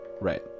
Right